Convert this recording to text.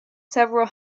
several